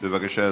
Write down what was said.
בבקשה,